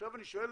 עכשיו אני שואל,